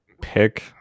pick